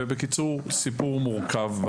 בקיצור, סיפור מורכב.